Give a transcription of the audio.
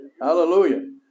Hallelujah